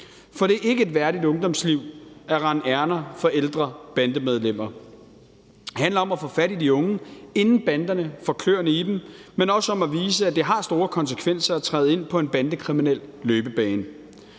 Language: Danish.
for det er ikke et værdigt ungdomsliv at rende ærinder for ældre bandemedlemmer. Det handler om få fat i de unge, inden banderne får kløerne i dem, men også vise, at det har store konsekvenser at træde ind på en bandekriminel løbebane.